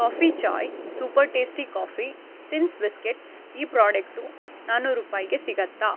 coffee chai super tasty coffee thins biscuits ಈ product ನಾನ್ನೂರು ರೂಪಾಯಿಗೆ ಸಿಗುತ್ತಾ